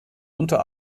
unter